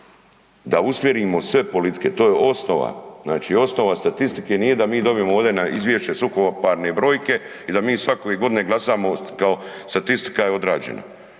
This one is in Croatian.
Da usmjerimo sve politike, to je osnova, znači osnova statistike nije da mi dobijemo ovdje na izvješće suhoparne brojke i da mi svake godine glasamo kao, statistika je odrađena.